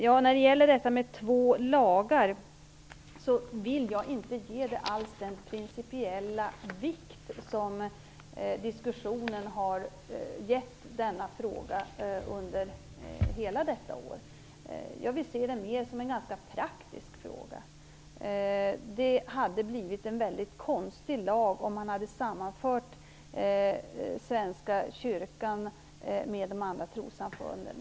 Jag vill inte alls ge frågan om två lagar den principiella vikt som man har gjort i diskussionen under hela detta år. Jag vill se det mer som en ganska praktisk fråga. Det hade blivit en mycket konstig lag om man hade sammanfört Svenska kyrkan med de andra trossamfunden.